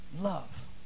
love